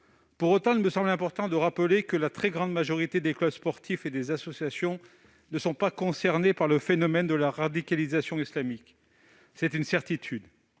toutefois important de rappeler que la très grande majorité des clubs sportifs et des associations ne sont pas concernés par le phénomène de la radicalisation islamique. C'est une certitude,